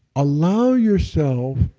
allow yourself,